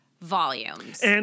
volumes